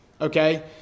okay